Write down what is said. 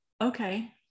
okay